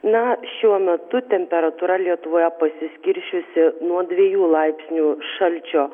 na šiuo metu temperatūra lietuvoje pasiskirsčiusi nuo dviejų laipsnių šalčio